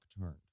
turned